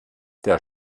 der